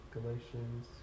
Galatians